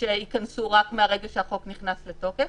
שייכנסו רק מהרגע שהחוק נכנס לתוקף.